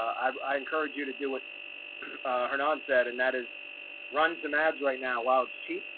i encourage you to do what her nan said. and that is run some ads right now while it's cheap.